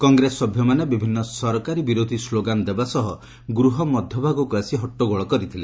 କଂଗ୍ରେସ ସଭ୍ୟମାନେ ବିଭିନୁ ସରକାରୀ ବିରୋଧୀ ସ୍କୋଗାନ ଦେବା ସହ ଗୃହ ମଧ୍ୟଭାଗକୁ ଆସି ହଟ୍ଟଗୋଳ କରିଥିଲେ